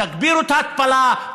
תגבירו את ההתפלה,